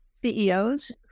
CEOs